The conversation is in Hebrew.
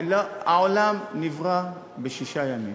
העולם נברא בשישה ימים,